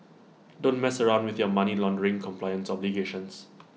don't mess around with your money laundering compliance obligations